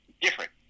different